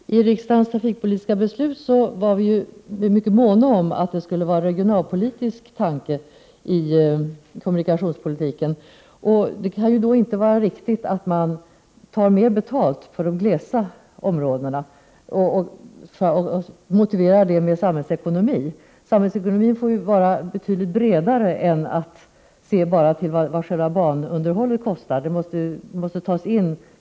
Herr talman! I riksdagens trafikpolitiska beslut var vi mycket måna om att det skulle vara en regionalpolitisk tanke i kommunikationspolitiken, och det kan då inte vara riktigt att man tar mer betalt i glesbygdsområdena och motiverar det med samhällsekonomi. Samhällsekonomin måste vara betydligt bredare än att man bara ser till vad själva banunderhållet kostar.